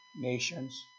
nations